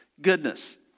goodness